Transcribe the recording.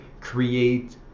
create